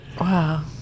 Wow